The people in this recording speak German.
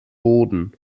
boden